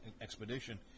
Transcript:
expedition